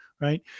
right